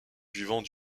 buvant